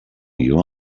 you